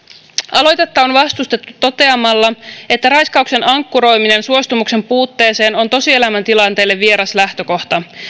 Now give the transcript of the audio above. aloitetta on vastustettu toteamalla että raiskauksen ankkuroiminen suostumuksen puutteeseen on tosielämän tilanteelle vieras lähtökohta